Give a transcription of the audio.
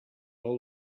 all